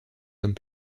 comme